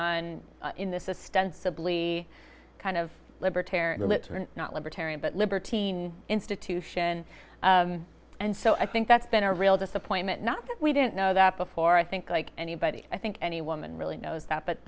on in this a stunt sibly kind of libertarian let's not libertarian but libertine institution and so i think that's been a real disappointment not that we didn't know that before i think like anybody i think any woman really knows that but